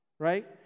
right